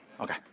Okay